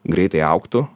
greitai augtų